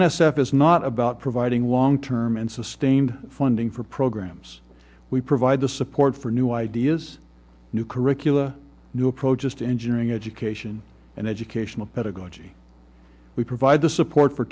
f is not about providing long term and sustained funding for programs we provide the support for new ideas new curricula new approaches to engineering education and educational pedagogy we provide the support for